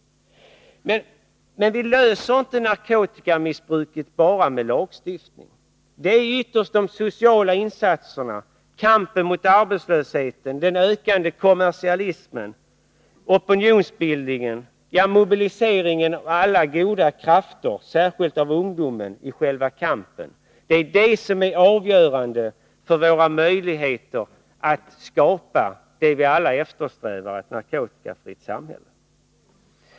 Men vi löser inte narkotikamissbrukets problem bara med lagstiftning. Det är ytterst de sociala insatserna, kampen mot arbetslösheten och mot den ökande kommersialismen, det är opinionsbildningen — ja, mobiliseringen av alla goda krafter, särskilt bland ungdomen, i själva kampen — som är avgörande för våra möjligheter att skapa det vi alla eftersträvar, ett narkotikafritt samhälle.